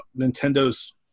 Nintendo's